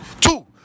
two